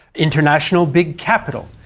international big capital,